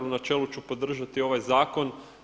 U načelu ću podržati ovaj zakon.